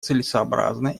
целесообразно